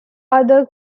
other